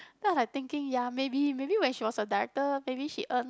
then I was like thinking ya maybe when she was a director maybe she earn